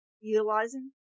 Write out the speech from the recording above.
utilizing